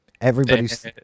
Everybody's